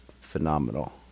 phenomenal